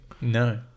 No